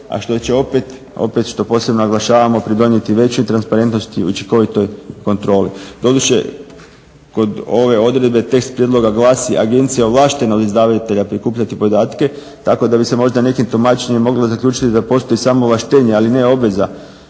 a što će opet, opet što posebno naglašavamo, pridonijeti većoj transparentnosti i učinkovitoj kontroli. Doduše, kod ove odredbe tekst prijedloga glasi: Agencija je ovlaštena od izdavatelja prikupljati podatke, tako da bi se možda nekim tumačenjem moglo zaključiti da postoji samo ovlaštenje ali ne obveza,